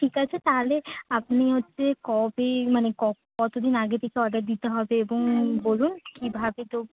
ঠিক আছে তাহলে আপনি হচ্ছে কবে মানে কতো দিন আগে থেকে অর্ডার দিতে হবে এবং বলুন কীভাবে দেবো